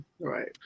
Right